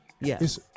yes